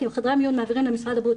כי חדרי המיון מעבירים למשרד הבריאות,